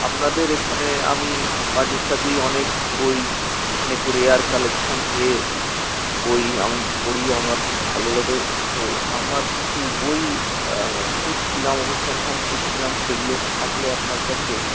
আপনাদের এখানে আমি মাঝে সাঝেই অনেক বই অনেক রেয়ার কালেকশন পেয়ে বই আমি পড়ি আমার খুব ভালো লাগে তো আমার কিছু বই খুঁজছিলাম অনুসন্ধান করছিলাম সেগুলো থাকলে আপনার কাছে